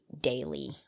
daily